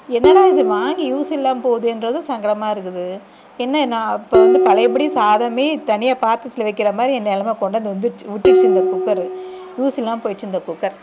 என்னடா இது வாங்கி யூஸ் இல்லாமல் போகுதேன்றதும் சங்கடமாக இருக்குது என்ன நான் இப்போ வந்து பழையபடி சாதமே தனியாக பாத்திரத்தில் வைக்கிற மாதிரி என் நெலமை கொண்டாந்து வந்துடுச்சு விட்டுட்ச்சு இந்தக் குக்கரு யூஸ் இல்லாமல் போயிடுச்சு இந்தக் குக்கர்